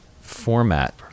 format